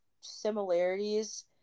similarities